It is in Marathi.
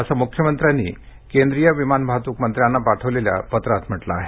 असं मुख्यमंत्र्यांनी केंद्रीय हवाई वाहतूक मंत्र्यांना पाठवलेल्या पत्रात म्हटलं आहे